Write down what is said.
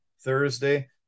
Thursday